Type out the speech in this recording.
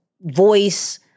voice